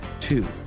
Two